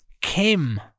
Kim